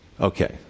Okay